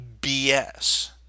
BS